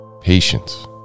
Patience